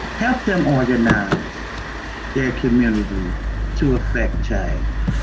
help them organize their community to affect change.